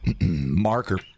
marker